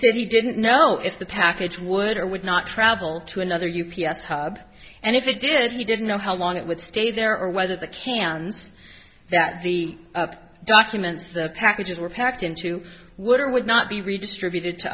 said he didn't know if the package would or would not travel to another u p s hub and if it did he didn't know how long it would stay there or whether the cans that the documents the packages were packed into would or would not be redistributed to